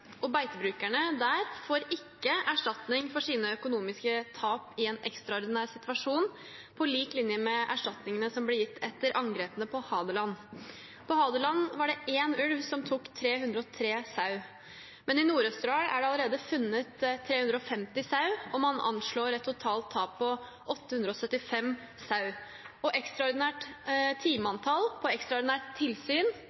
får ikke erstatning for sine økonomiske tap i en ekstraordinær situasjon på lik linje med erstatningene etter angrepene på Hadeland. På Hadeland tok én ulv 303 sau. I Nord-Østerdal er det funnet 350 sau, det er et anslått tap på 875 sau og ekstraordinært